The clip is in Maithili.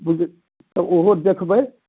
एक बेर देखबै